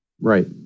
Right